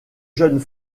jeunes